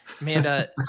Amanda